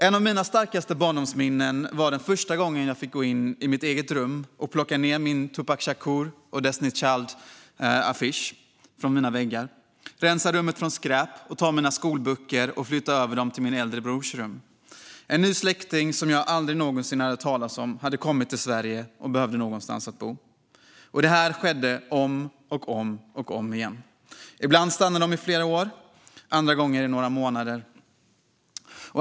Ett av mina starkaste barndomsminnen är när jag första gången fick gå in i mitt rum och plocka ned mina affischer på Tupac Shakur och Destiny's Child från väggarna, rensa rummet från skräp och ta mina skolböcker och flytta över dem till min äldre brors rum. En ny släkting som jag aldrig hade hört talas om hade kommit till Sverige och behövde någonstans att bo. Detta skedde om och om igen. Ibland stannande de i flera år, andra gånger i några månader.